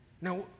Now